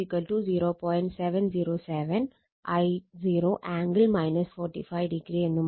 707 I0 angle 45° എന്നുമാണ്